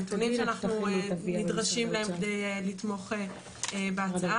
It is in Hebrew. הנתונים שאנחנו נדרשים להם כדי לתמוך בהצעה,